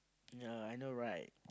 yea I know right